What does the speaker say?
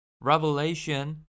Revelation